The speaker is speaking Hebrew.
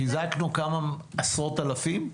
חיזקנו כמה עשרות אלפים?